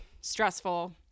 stressful